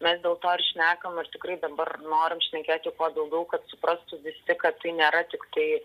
mes dėl to ir šnekam ir tikrai dabar norim šnekėti kuo daugiau kad suprastų visi kad tai nėra tiktai